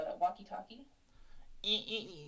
walkie-talkie